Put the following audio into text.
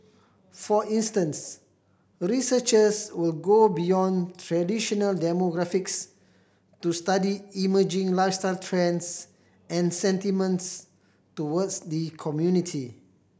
for instance researchers will go beyond traditional demographics to study emerging lifestyle trends and sentiments towards the community